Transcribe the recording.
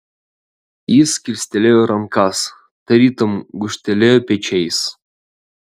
jis kilstelėjo rankas tarytum gūžtelėjo pečiais